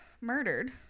murdered